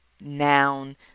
noun